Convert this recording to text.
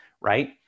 right